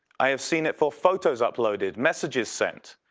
i have seen it for photos uploaded, messages sent.